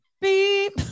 beep